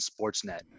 Sportsnet